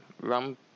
rum